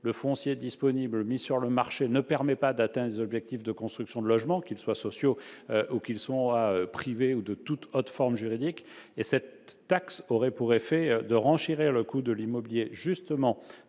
le foncier disponible et mis sur le marché ne permet pas d'atteindre des objectifs de construction de logements, qu'il s'agisse de logements sociaux, de programmes privés ou de toute autre forme juridique. Cette taxe aurait pour effet de renchérir le coût de l'immobilier justement